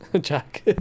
Jack